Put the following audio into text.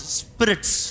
spirits